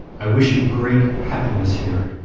i wish you great happiness here.